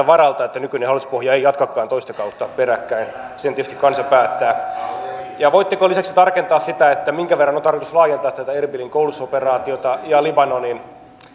varalta että nykyinen hallituspohja ei jatkakaan toista kautta peräkkäin sen tietysti kansa päättää voitteko lisäksi tarkentaa sitä minkä verran on tarkoitus laajentaa tätä erbilin koulutusoperaatiota ja libanonin